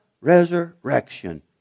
resurrection